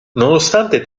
nonostante